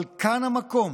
אבל כאן המקום